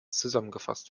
zusammengefasst